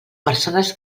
persones